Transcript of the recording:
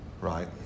right